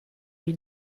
lui